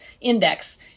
index